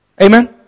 Amen